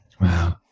Wow